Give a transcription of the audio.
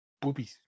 Boobies